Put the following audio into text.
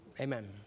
Amen